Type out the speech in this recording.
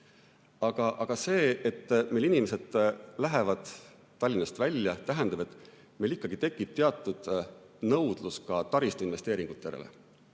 Aga see, et inimesed lähevad Tallinnast välja, tähendab, et meil ikkagi tekib teatud nõudlus ka taristuinvesteeringute järele.